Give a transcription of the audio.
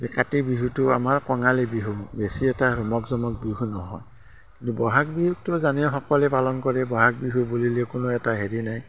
যে কাতি বিহুটো আমাৰ কঙালী বিহু বেছি এটা ৰমক জমক বিহু নহয় কিন্তু বহাগ বিহুতো জানেই সকলোৱে পালন কৰে বহাগ বিহু বুলিলে কোনো এটা হেৰি নাই